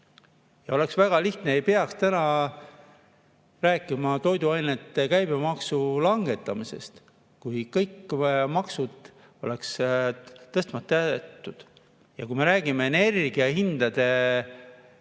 Oleks väga lihtne ja ei peaks täna rääkima toiduainete käibemaksu langetamisest, kui kõik maksud oleks tõstmata jäetud. Kui me räägime energiahindadest